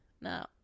No